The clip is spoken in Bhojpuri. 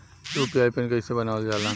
यू.पी.आई पिन कइसे बनावल जाला?